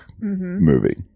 movie